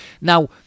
Now